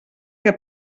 que